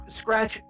scratch